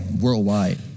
worldwide